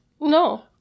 No